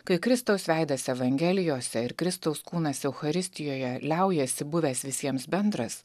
kai kristaus veidas evangelijose ir kristaus kūnas eucharistijoje liaujasi buvęs visiems bendras